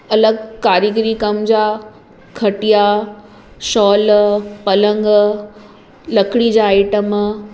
अलॻि कारीगरी कमु जा खटिआ शॉल पलंग लकड़ी जा आइटम